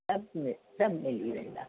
सभु सभु मिली वेंदा